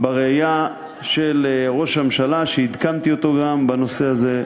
בראייה של ראש הממשלה, שעדכנתי אותו גם בנושא הזה,